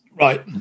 Right